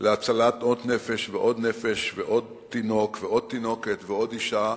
כימים להצלת עוד נפש ועוד נפש ועוד תינוק ועוד תינוקת ועוד אשה,